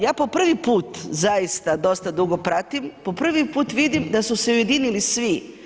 Ja po prvi put zaista, dosta dugo pratim, po prvi put vidim da su se ujedinili svi.